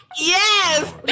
Yes